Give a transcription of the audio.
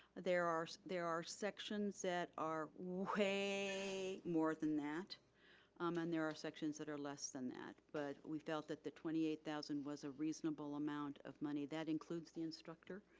there are there are sections that are way more than that um and there are sections that are less than that but we felt that the twenty eight thousand was a reasonable amount of money. that includes the instructor.